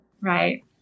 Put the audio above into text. right